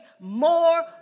more